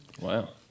Wow